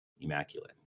immaculate